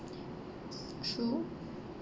true